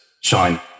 shine